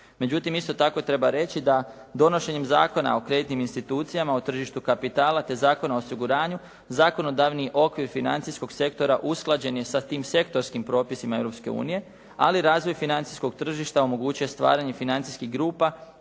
Međutim, isto tako treba reći da donošenjem Zakona o kreditnim institucijama, o tržištu kapitala te Zakona o osiguranju, zakonodavni okvir financijskom sektora usklađen je sa tim sektorskim propisima Europske unije, ali razvoj financijskog tržišta omogućuje stvaranje financijskih grupa